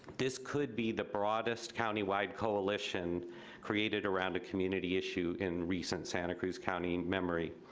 this could be the broadest countywide coalition created around a community issue in recent santa cruz county in memory.